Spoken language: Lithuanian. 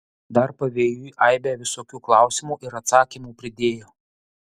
dar pavėjui aibę visokių klausimų ir atsakymų pridėjo